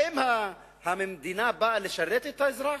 האם המדינה באה לשרת את האזרח,